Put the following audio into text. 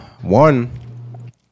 One